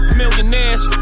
millionaires